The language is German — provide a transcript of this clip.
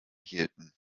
hielten